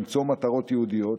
למצוא מטרות יהודיות,